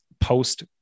Post